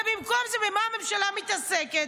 ובמקום זה, במה הממשלה מתעסקת?